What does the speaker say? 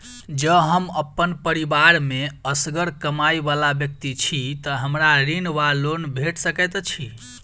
जँ हम अप्पन परिवार मे असगर कमाई वला व्यक्ति छी तऽ हमरा ऋण वा लोन भेट सकैत अछि?